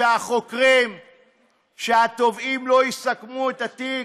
החוקרים, התובעים, לא יסכמו את התיק,